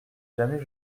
jamais